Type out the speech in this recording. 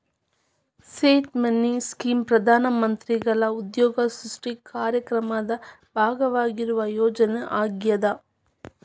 seed money scheme ಪ್ರಧಾನ ಮಂತ್ರಿಗಳ ಉದ್ಯೋಗ ಸೃಷ್ಟಿ ಕಾರ್ಯಕ್ರಮದ ಭಾಗವಾಗಿರುವ ಯೋಜನೆ ಆಗ್ಯಾದ